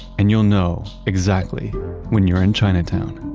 and you'll know exactly when you're in chinatown.